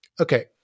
okay